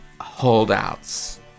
holdouts